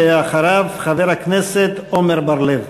אחריו, חבר הכנסת עמר בר-לב.